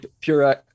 pure